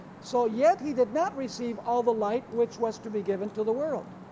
so yet he did not receive all the light which was to be given to the world.